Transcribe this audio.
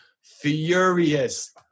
furious